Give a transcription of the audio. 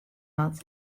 wat